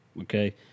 Okay